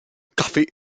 café